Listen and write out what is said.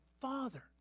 father